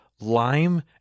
lime